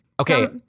Okay